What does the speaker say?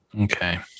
Okay